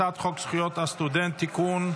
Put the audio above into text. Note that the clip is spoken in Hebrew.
הצעת חוק זכויות הסטודנט (תיקון,